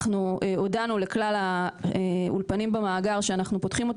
אנחנו הודענו לכלל האולפנים במאגר שאנחנו פותחים אותו